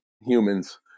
humans